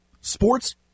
sports